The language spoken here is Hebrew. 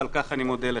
ועל כך תודה לך.